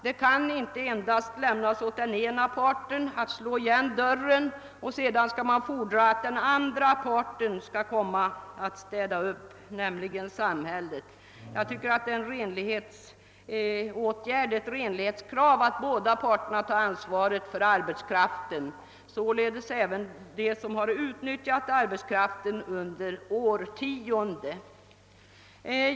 Man kan inte tillåta den ena parten att slå igen dörren och fordra att den andra parten — samhället — skall komma och städa upp. Jag tycker att det är ett renlighetskrav att båda parter tar ansvar för arbetskraften, således även den part som har utnyttjat arbetskraften under årtionden.